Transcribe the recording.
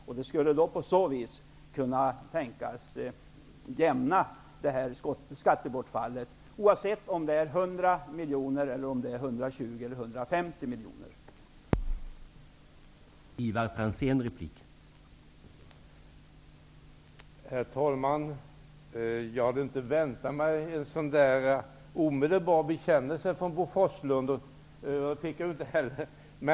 Man skulle på detta sätt kunna kompensera för skattebortfallet, oavsett om det uppgår till 100, 120 eller 150 miljoner kronor.